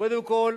קודם כול,